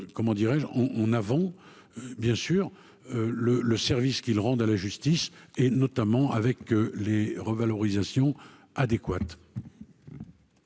en avant bien sûr le le service qu'ils rendent à la justice et notamment avec les revalorisations adéquate.